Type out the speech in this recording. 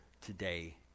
today